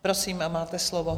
Prosím, máte slovo.